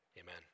Amen